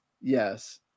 Yes